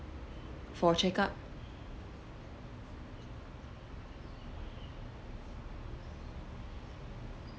for check up